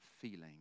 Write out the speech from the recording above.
feeling